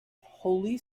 holy